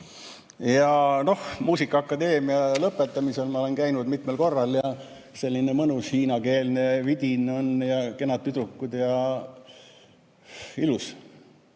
Ja noh, muusikaakadeemia lõpetamisel ma olen käinud mitmel korral, seal on selline mõnus hiinakeelne vidin ja kenad tüdrukud. Ilus!